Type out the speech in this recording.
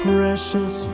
Precious